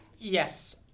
yes